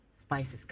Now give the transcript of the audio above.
spices